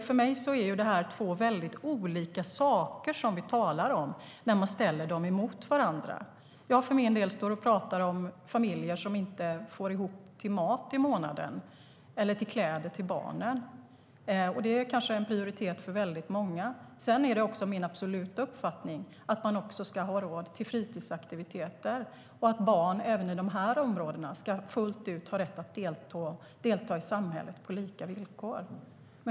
För mig är det två väldigt olika saker som vi talar om när man ställer dem emot varandra. Det är min absoluta uppfattning att man också ska ha råd till fritidsaktiviteter och att barn även i dessa områden ska fullt ut ha rätt att delta i samhället på lika villkor.